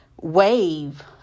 wave